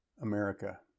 America